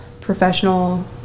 professional